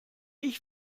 ich